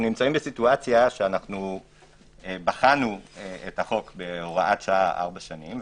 אנחנו נמצאים במצב שבחנו את החוק בהוראת שעה ארבע שנים,